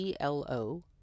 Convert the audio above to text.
clo